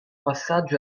passaggio